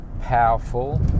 powerful